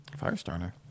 Firestarter